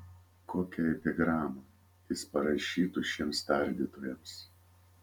kokią epigramą jis parašytų šiems tardytojams